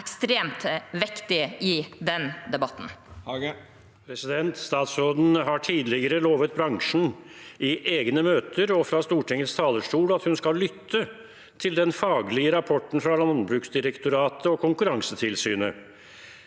ekstremt viktige i den debatten.